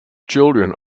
children